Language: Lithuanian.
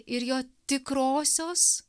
ir jo tikrosios